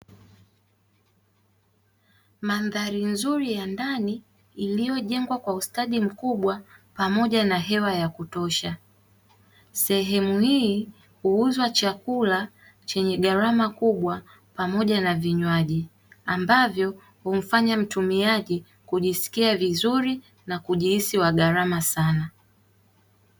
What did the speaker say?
Mandhari nzuri ya ndani iliyojengwa kwa ustadi mkubwa pamoja na hewa ya kutosha. Sehemu hii huuzwa chakula chenye gharama kubwa pamoja na vinywaji ambavyo humfanya mtumiaji kujisikia vizuri na kujihisi wa gharama sana.